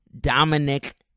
Dominic